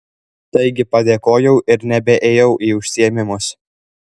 taigi padėkojau ir nebeėjau į užsiėmimus